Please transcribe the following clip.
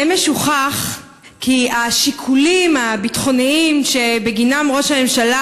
אמש הוכח כי השיקולים הביטחוניים שבגינם ראש הממשלה,